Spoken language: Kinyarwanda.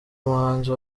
muhanzi